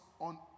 on